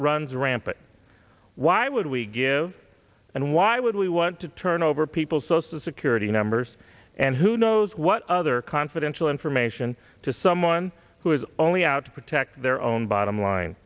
runs rampant why would we give and why would we want to turn over people's social security numbers and who knows what other confidential information to someone who is only out to protect their own bottom line